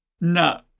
No